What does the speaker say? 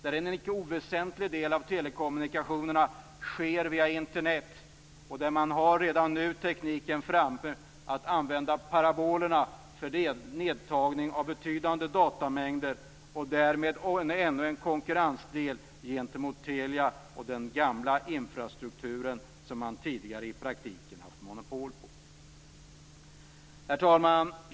En icke oväsentlig del av telekommunikationerna sker via Internet. Där finns redan tekniken för att använda parabolerna för att ta ned betydande datamängder. Därmed finns ännu en del att konkurrera med gentemot Telia och den gamla infrastrukturen - som Telia tidigare i praktiken haft monopol på. Herr talman!